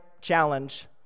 challenge